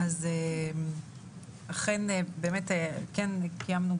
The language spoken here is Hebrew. אכן באמת כן קיימנו,